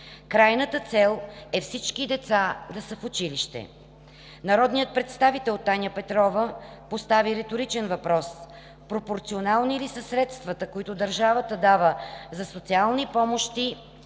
Крайната цел е всички деца да са в училище. Народният представител Таня Петрова постави реторичен въпрос – пропорционални ли са средствата, които държавата дава за социални помощи